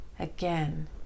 again